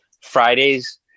Fridays